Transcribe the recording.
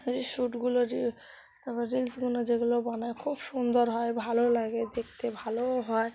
এই যে শ্যুটগুলো রি তারপর রিলসগুলো যেগুলো বানায় খুব সুন্দর হয় ভালো লাগে দেখতে ভালোও হয়